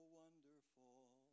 wonderful